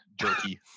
jerky